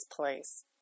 place